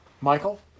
Michael